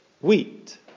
wheat